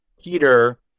peter